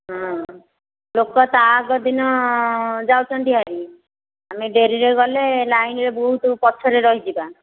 ହଁ ଲୋକ ତା ଆଗଦିନ ଯାଉଛନ୍ତି ଭାରି ଆମେ ଡେରିରେ ଗଲେ ଲାଇନ୍ରେ ବହୁତ ପଛରେ ରହିଯିବା